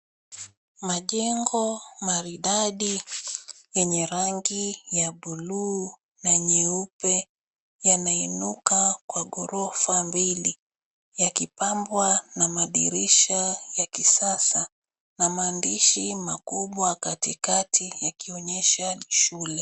Majengo maridadi yenye rangi ya bluu na nyeupe yanainuka kwa ghorofa mbili yakipambwa na madirisha ya kisasa na maandishi makubwa katikati yakionyesha ni shule.